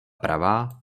pravá